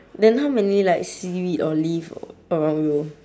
then how many like seaweed or leaf around you